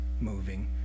moving